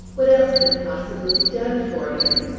what else could possibly be done for him?